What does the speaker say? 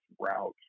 route